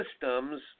systems